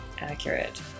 accurate